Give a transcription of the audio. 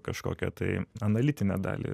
kažkokią tai analitinę dalį